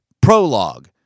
prologue